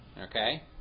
Okay